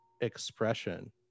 expression